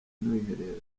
umwiherero